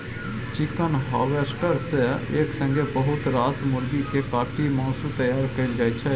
chicken harvester सँ एक संगे बहुत रास मुरगी केँ काटि मासु तैयार कएल जाइ छै